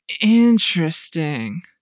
Interesting